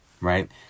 right